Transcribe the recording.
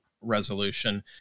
resolution